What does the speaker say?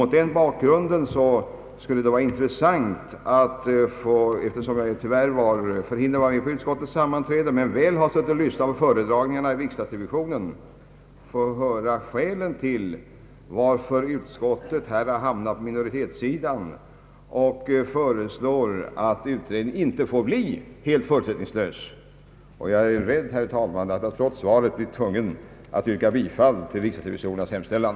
Mot den bakgrunden skulle det — eftersom jag tyvärr var förhindrad att delta i utskottssammanträdet men väl har lyssnat till föredragningarna i riksdagsrevisionen — vara intressant att få höra skälen till att utskottet beslutat i enlighet med minoritetens förslag, d.v.s. att utredningen inte skall göras helt förutsättningslös. Herr talman! Jag är rädd att jag, trots det besked jag kommer att få på denna punkt, blir tvungen att yrka bifall till riksdagsrevisorernas hemställan.